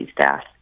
staff